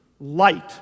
Light